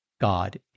God